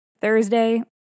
Thursday